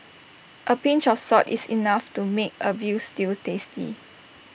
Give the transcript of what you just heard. A pinch of salt is enough to make A Veal Stew tasty